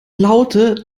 laute